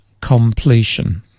completion